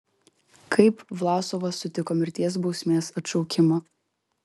kaip vlasovas sutiko mirties bausmės atšaukimą